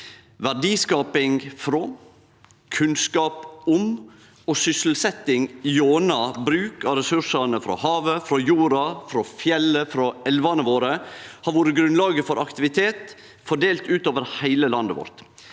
Verdiskaping frå, kunnskap om og sysselsetjing gjennom bruk av ressursane frå havet, frå jorda, frå fjellet og frå elvane våre har vore grunnlaget for aktivitet fordelt utover heile landet vårt.